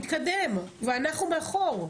מתקדם ואנחנו מאחור,